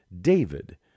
David